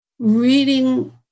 Reading